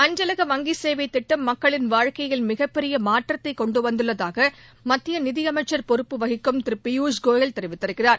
அஞ்சலக வங்கிசேவை திட்டம் மக்களின் வாழ்க்கையில் மிகப்பெரிய மாற்றத்தை கொண்டுவந்துள்ளதாக மத்திய நிதியமைச்சர் பொறுப்பு வகிக்கும் திரு பியூஷ்கோயல் தெரிவித்திருக்கிறார்